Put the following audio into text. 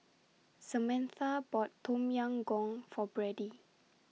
Samantha bought Tom Yam Goong For Brady